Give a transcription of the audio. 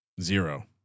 Zero